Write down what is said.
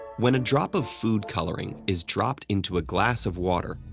when a drop of food coloring is dropped into a glass of water,